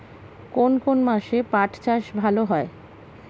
কোন কোন মাসে পাট চাষ ভালো হয়?